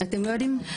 אתם לא יודעים?